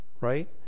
right